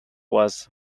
was